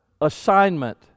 assignment